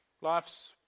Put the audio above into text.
Life's